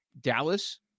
Dallas